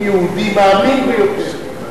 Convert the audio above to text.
חברת הכנסת חוטובלי, אני יהודי מאמין ביותר.